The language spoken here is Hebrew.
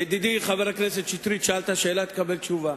ידידי חבר הכנסת שטרית, שאלת שאלה, תקבל תשובה.